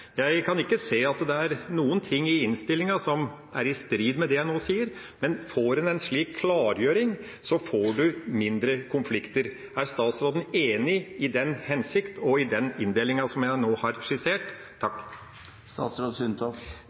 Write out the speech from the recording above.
Jeg kan ikke se at det er noe i innstillinga som er i strid med det jeg nå sier, men hvis en får en slik klargjøring, får en mindre konflikter. Er statsråden enig i den hensikten og den inndelinga som jeg nå har skissert?